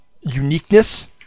uniqueness